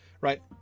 right